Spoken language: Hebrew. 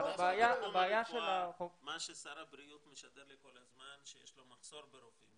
מה ששר הבריאות משדר לי כל הזמן זה שיש לו מחסור ברופאים.